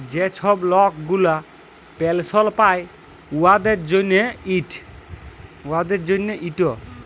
যে ছব লক গুলা পেলসল পায় উয়াদের জ্যনহে ইট